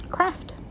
craft